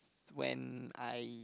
when I